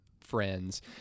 friends